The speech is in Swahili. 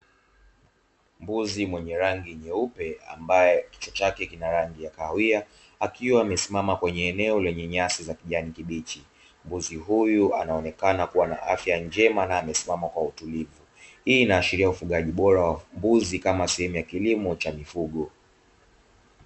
Mbuzi mwenye rangi nyeupe ambaye kichwa chake kina rangi ya kahawia, akiwa amesimama kwenye eneo lenye nyasi za kijani kibichi. Mbuzi huyu anaonekana kuwa na afya njema na amesimama kwa utulivu, hii inaashiria ufugaji bora wa mbuzi kama sehemu ya kilimo cha mifugo.